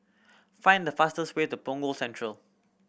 find the fastest way to Punggol Central